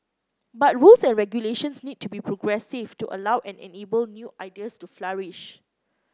but rules and regulations need to be progressive to allow and enable new ideas to flourish